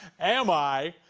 am i!